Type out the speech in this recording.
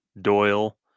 Doyle